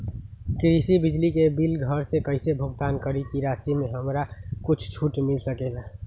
कृषि बिजली के बिल घर से कईसे भुगतान करी की राशि मे हमरा कुछ छूट मिल सकेले?